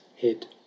head